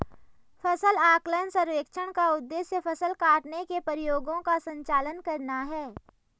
फसल आकलन सर्वेक्षण का उद्देश्य फसल काटने के प्रयोगों का संचालन करना है